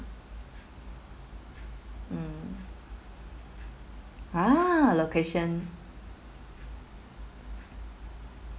ah location